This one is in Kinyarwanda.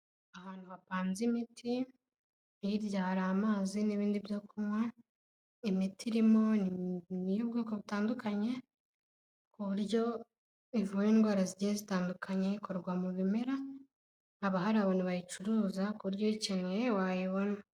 Ahantu hapanze imiti hirya hari amazi n'ibindi byo kunywa, imiti irimo ni uy'ubwoko butandukanye, ku buryo ivura indwara zigiye zitandukanye, ikorwa mu bimera haba hari abantu bayicuruza ku buryo uyikenewe wayibona.